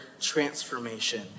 transformation